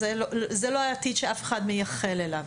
זה לא העתיד שאף אחד מייחל אליו.